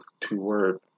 two-word